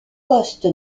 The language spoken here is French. poste